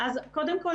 קודם כול,